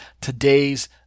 today's